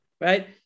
right